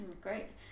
Great